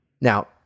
Now